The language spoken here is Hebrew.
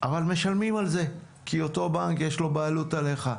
אבל משלמים על זה כי אותו בנק יש לו בעלות עליך.